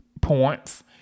points